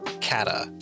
Kata